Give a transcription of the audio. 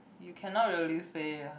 you cannot really say lah